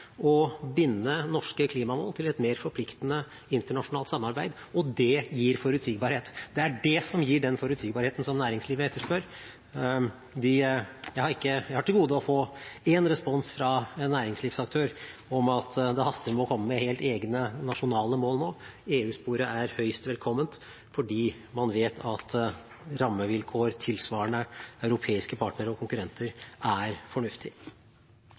å binde norske klimamål til et mer forpliktende internasjonalt samarbeid. Det gir forutsigbarhet. Det er det som gir den forutsigbarheten som næringslivet etterspør. Jeg har til gode å få respons fra noen næringslivsaktør om at det haster med å komme med helt egne nasjonale mål nå. EU-sporet er høyst velkomment, fordi man vet at rammevilkår tilsvarende europeiske partnere og konkurrenter er fornuftig.